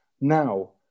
now